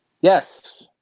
Yes